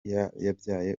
yabyaye